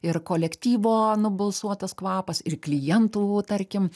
ir kolektyvo nubalsuotas kvapas ir klientų tarkim